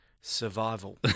survival